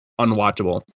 unwatchable